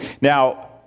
Now